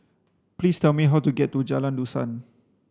please tell me how to get to Jalan Dusan